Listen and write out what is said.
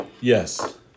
Yes